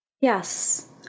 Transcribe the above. Yes